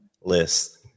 list